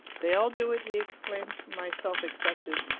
they all do it, he exclaimed, myself excepted.